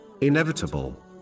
inevitable